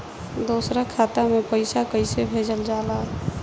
दोसरा खाता में पईसा कइसे भेजल जाला बताई?